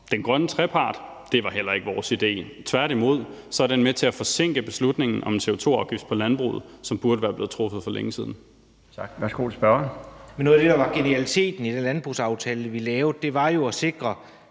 Den grønne trepart var heller ikke vores idé. Tværtimod er den med til at forsinke beslutningen om en CO2-afgift på landbruget, som burde være blevet truffet for længe siden.